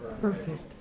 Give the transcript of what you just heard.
perfect